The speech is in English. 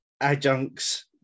adjuncts